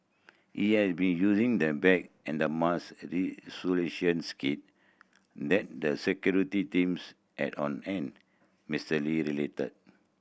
he had been using the bag and a mask kit that the security teams had on hand Mister Lee related